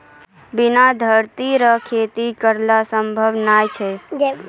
बिना धरती रो खेती करना संभव नै छै